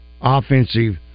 offensive